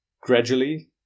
gradually